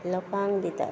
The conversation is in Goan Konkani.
लोकांक दितात